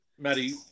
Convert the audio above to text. Maddie